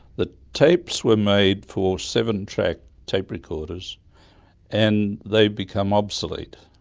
the tapes were made for seven-track tape recorders and they've become obsolete,